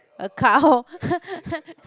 a cow